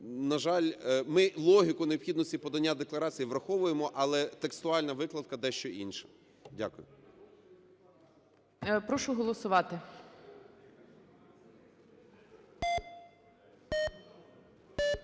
на жаль, ми логіку необхідності подання декларацій враховуємо, але текстуальна викладка дещо інша. Дякую. ГОЛОВУЮЧИЙ. Прошу голосувати.